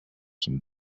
him